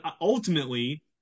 ultimately